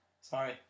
Sorry